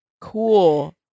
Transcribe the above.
cool